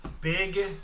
Big